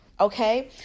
Okay